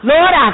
Lord